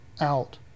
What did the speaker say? out